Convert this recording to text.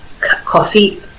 coffee